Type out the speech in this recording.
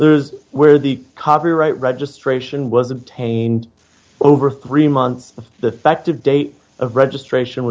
there's where the copyright registration was obtained over three months the fact of date of registration